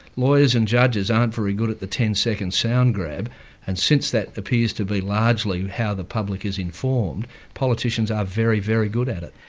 lawyers and judges aren't very good at the ten second sound grab and since that appears to be largely how the public is informed, politicians are very, very good at it.